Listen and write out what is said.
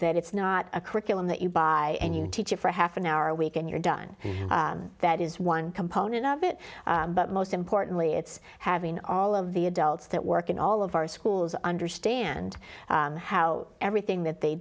that it's not a curriculum that you buy and you teach it for half an hour a week and you're done that is one component of it but most importantly it's having all of the adults that work in all of our schools understand how everything that they